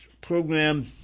program